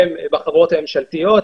הגיעה מאיתנו.